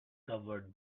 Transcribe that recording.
covered